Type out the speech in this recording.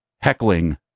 heckling